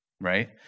right